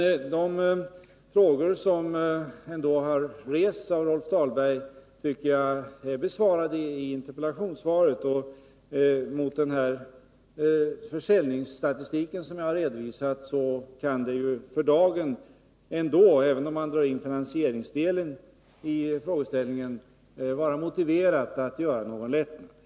Jag tycker att de frågor Rolf Dahlberg har ställt är besvarade i interpellationssvaret. Mot bakgrund av den försäljningsstatistik som jag redovisat kan det för dagen — även om man drar in finansieringsdelen — inte vara motiverat att göra någon lättnad.